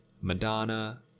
Madonna